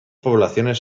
poblaciones